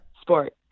sport